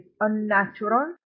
unnatural